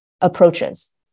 approaches